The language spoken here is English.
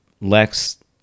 Lex